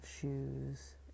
shoes